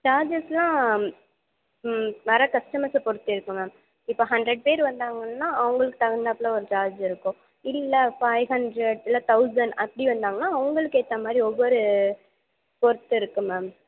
சார்ஜஸெல்லாம் வர கஸ்டமர்ஸை பொறுத்து இருக்கும் மேம் இப்போ ஹண்ட்ரட் பேர் வந்தாங்கன்னால் அவங்களுக்கு தகுந்தாப்பில் ஒரு சார்ஜ் இருக்கும் இல்லை ஃபைவ் ஹண்ட்ரட் இல்லை தௌசண்ட் அப்படி வந்தாங்கன்னால் அவங்களுக்கு ஏற்ற மாதிரி ஒவ்வொரு பொறுத்து மேம்